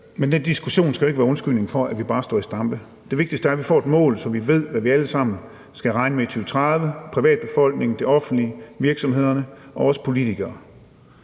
men den diskussion skal jo ikke være en undskyldning for, at vi bare står i stampe. Det vigtigste er, at vi får et mål, så vi alle sammen ved, hvad vi skal regne med i 2030 – privatbefolkningen, det offentlige, virksomhederne og os politikere